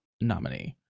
nominee